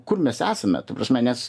kur mes esame ta prasme nes